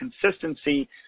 consistency